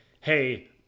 hey